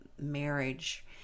marriage